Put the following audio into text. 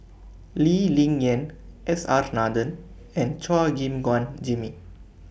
Lee Ling Yen S R Nathan and Chua Gim Guan Jimmy